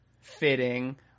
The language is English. fitting